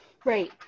Great